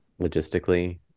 logistically